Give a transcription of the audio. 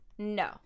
No